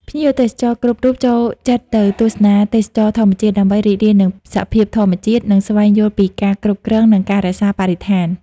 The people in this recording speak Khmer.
ភ្ញៀវទេសចរគ្រប់រូបចូលចិត្តទៅទស្សនាទេសចរណ៍ធម្មជាតិ ដើម្បីរីករាយនឹងសភាពធម្មជាតិ និងស្វែងយល់ពីការគ្រប់គ្រង និងការរក្សាបរិស្ថាន។